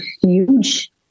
huge